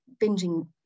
binging